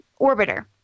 orbiter